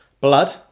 blood